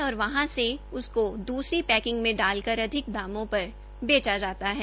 और वहा से उसको द्सरी पैकिंग मे डाल कर अधिक दामो पर बेचा जाता है